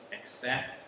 expect